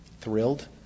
Thrilled